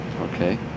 Okay